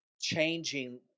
changing